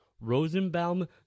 Rosenbaum